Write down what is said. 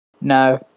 No